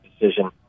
decision